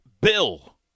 Bill